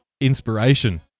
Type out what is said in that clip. inspiration